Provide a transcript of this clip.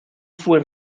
fue